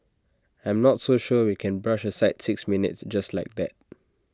I'm not so sure we can brush aside six minutes just like that